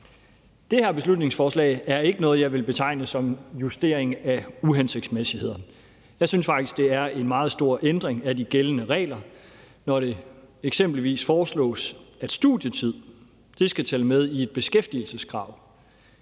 Det her beslutningsforslag er ikke noget, jeg vil betegne som justering af uhensigtsmæssigheder. Jeg synes faktisk, det er en meget stor ændring af de gældende regler, når det eksempelvis foreslås, at studietid skal tælle med i et beskæftigelseskrav